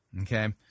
Okay